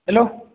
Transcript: hello